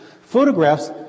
photographs